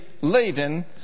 laden